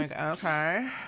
okay